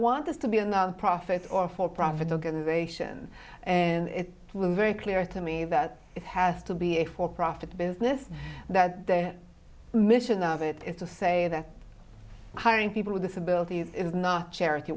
want this to be a nonprofit or for profit organization and it's very clear to me that it has to be a for profit business that the mission of it is to say that hiring people with disabilities is not charity